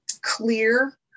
clear